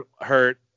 hurt